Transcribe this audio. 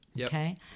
Okay